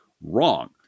wrong